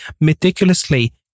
meticulously